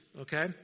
okay